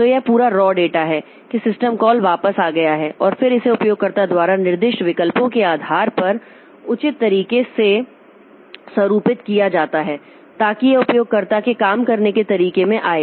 तो यह पूरा रॉ डेटा है कि सिस्टम कॉल वापस आ गया है और फिर इसे उपयोगकर्ता द्वारा निर्दिष्ट विकल्पों के आधार पर उचित तरीके से स्वरूपित किया जाता है ताकि यह उपयोगकर्ता के काम करने के तरीके में आए